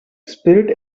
spirit